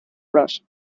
bros